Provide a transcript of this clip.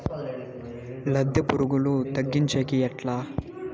లద్దె పులుగులు తగ్గించేకి ఎట్లా?